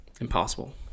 Impossible